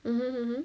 mm mm